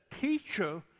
Teacher